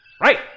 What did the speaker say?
Right